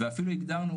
ואפילו הגדרנו